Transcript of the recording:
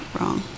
Wrong